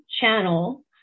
channel